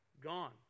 gone